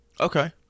Okay